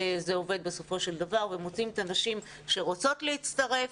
זה עובד בסופו של דבר ומוצאים את הנשים שרוצות להצטרף.